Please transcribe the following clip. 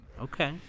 Okay